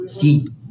deep